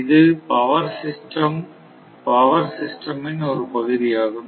இது power system இன் ஒரு பகுதியாகும்